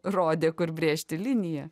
rodė kur brėžti liniją